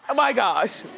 ah my gosh.